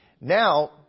Now